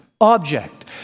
object